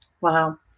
Wow